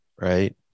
right